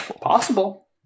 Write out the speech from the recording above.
Possible